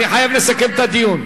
אני חייב לסכם את הדיון.